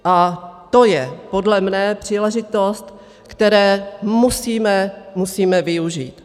A to je podle mě příležitost, které musíme, musíme využít.